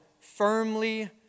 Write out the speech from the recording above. firmly